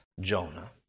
Jonah